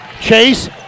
Chase